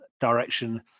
direction